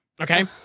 Okay